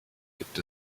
gibt